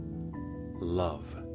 Love